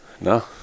No